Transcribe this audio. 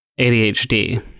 ADHD